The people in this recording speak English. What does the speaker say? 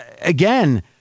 again